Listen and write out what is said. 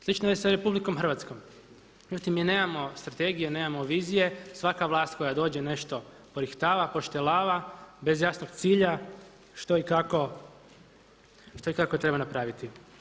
Slično je s RH, Međutim mi nemamo strategije, nemamo vizije, svaka vlast koja dođe nešto porihtava, poštelava bez jasnog cilja što i kako treba napraviti.